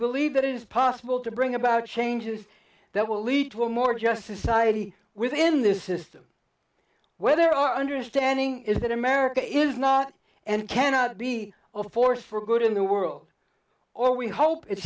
believe that it is possible to bring about changes that will lead to a more just society within this system where our understanding is that america is not and cannot be a force for good in the world or we hope it